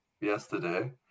yesterday